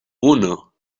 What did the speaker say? uno